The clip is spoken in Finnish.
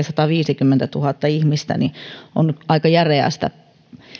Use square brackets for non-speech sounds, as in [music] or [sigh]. [unintelligible] sataviisikymmentätuhatta ihmistä on aika järeästä